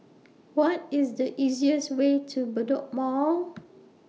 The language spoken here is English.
What IS The easiest Way to Bedok Mall